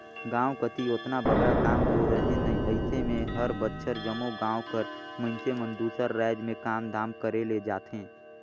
गाँव कती ओतना बगरा काम दो रहें नई अइसे में हर बछर जम्मो गाँव कर मइनसे मन दूसर राएज में काम धाम करे ले जाथें